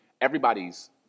Everybody's